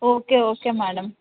okay okay madam